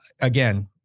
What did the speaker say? again